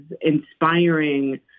inspiring